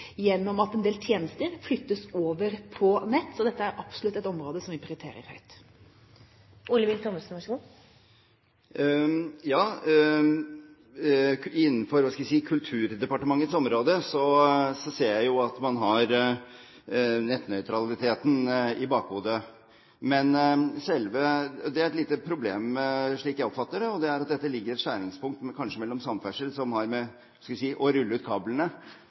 gjennom at en del tjenester flyttes over på nett. Så dette er absolutt et område som vi prioriterer høyt. Innenfor Kulturdepartementets område ser jeg at man har nettnøytraliteten i bakhodet. Men det er et lite problem, slik jeg oppfatter det, og det er at dette ligger i et skjæringspunkt, kanskje, mellom Samferdselsdepartementet, som har med det å rulle ut kablene